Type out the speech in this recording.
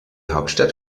hauptstadt